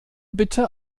bitte